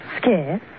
Scared